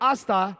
Asta